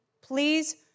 please